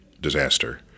disaster